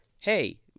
hey